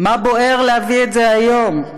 "מה בוער להביא את זה היום?",